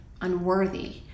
unworthy